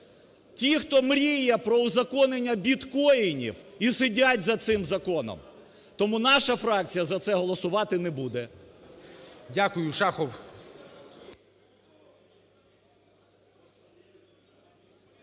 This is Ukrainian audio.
Ті, хто мріє про узаконення біткоінів, і сидять за цим законом. Тому наша фракція за це голосувати не буде. ГОЛОВУЮЧИЙ.